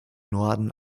norden